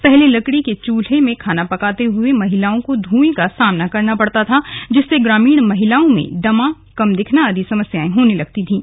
पहले लकड़ी के चूल्हे में खाना बनाते हुए महिलाओं को धुंए का सामना करना पड़ता था जिससे ग्रामीण महिलाओं में दमा कम दिखना आदि समस्याएं होने लगती थीं